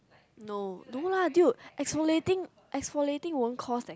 no no lah dude exfoliating exfoliating won't cause like